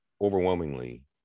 overwhelmingly